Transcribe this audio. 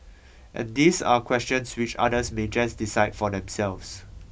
and these are questions which others may just decide for themselves